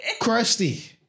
Crusty